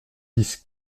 dix